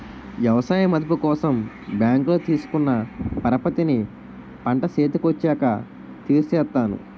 ఎవసాయ మదుపు కోసం బ్యాంకులో తీసుకున్న పరపతిని పంట సేతికొచ్చాక తీర్సేత్తాను